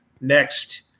next